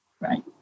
right